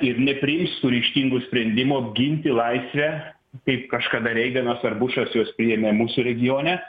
ir nepriims tų ryžtingų sprendimų apginti laisvę kaip kažkada reiganas ar bušas juos priėmė mūsų regione